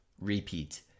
repeat